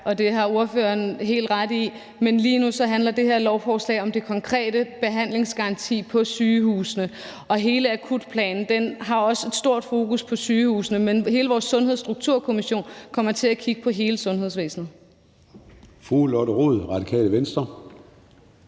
Det har ordføreren helt ret i, men lige nu handler det her lovforslag om den konkrete behandlingsgaranti på sygehusene. Og hele akutplanen har også et stort fokus på sygehusene, men hele vores sundhedsstrukturkommission kommer til at kigge på hele sundhedsvæsenet.